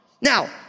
Now